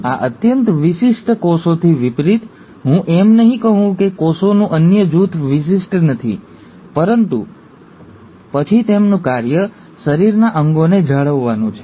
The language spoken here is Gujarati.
આ અત્યંત વિશિષ્ટ કોષોથી વિપરીત હું એમ નહીં કહું કે કોષોનું અન્ય જૂથ વિશિષ્ટ નથી પરંતુ પછી તેમનું કાર્ય શરીરના અંગોને જાળવવાનું છે